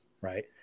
right